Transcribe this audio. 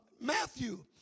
Matthew